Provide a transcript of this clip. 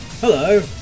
Hello